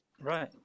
Right